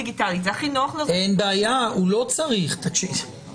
הדיגיטלי לאוכלוסייה רחבה של תושבים ככל הניתן.